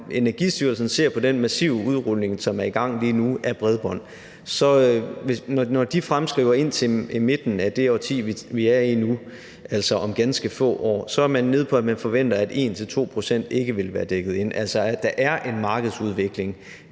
Energistyrelsen ser på den massive udrulning af bredbånd, som er i gang lige nu, og når de fremskriver indtil midten af det årti, vi er i nu, altså om ganske få år, så er man nede på, at det er 1-2 pct., som man forventer ikke vil være dækket ind – altså så der er en markedsudvikling